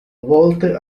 volte